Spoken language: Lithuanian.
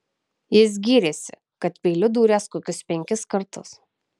jis gyrėsi kad peiliu dūręs kokius penkis kartus